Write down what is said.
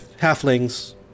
halflings